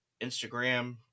Instagram